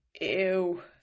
ew